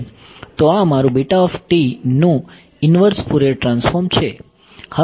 તો આ મારું નું ઇન્વર્સ ફોરિયર ટ્રાન્સફોર્મ છે